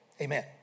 Amen